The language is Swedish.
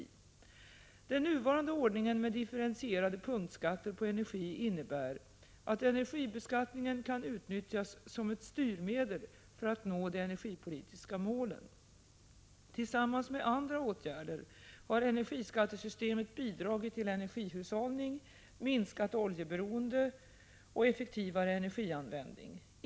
Den nuvarande ordningen med differentierade punktskatter på energi innebär att energibeskattningen kan utnyttjas som ett styrmedel för att nå de energipolitiska målen. Tillsammans med andra åtgärder har energiskattesystemet bidragit till energihushållning, minskat oljeberoende och effektivare energianvändning.